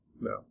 no